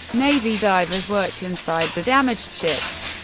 navy divers worked inside the damaged ships.